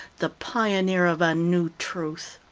the pioneer of a new truth.